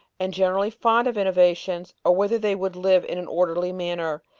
and generally fond of innovations, or whether they would live in an orderly manner,